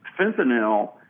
fentanyl